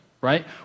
right